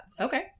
Okay